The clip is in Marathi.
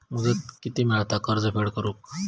मुदत किती मेळता कर्ज फेड करून?